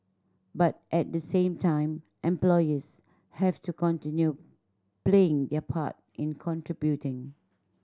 but at the same time employees have to continue playing their part in contributing